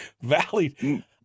Valley